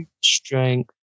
strength